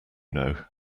know